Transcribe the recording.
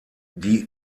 die